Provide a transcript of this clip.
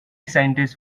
scientists